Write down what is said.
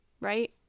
right